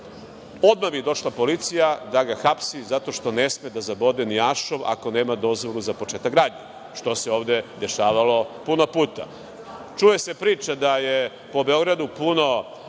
odmah bi došla policija da ga hapsi zato što ne sme da zabode ni ašov ako nema dozvolu za početak gradnje, što se ovde dešavalo puno puta. Čuje se priča da je po Beogradu puno